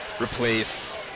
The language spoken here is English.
replace